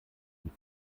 die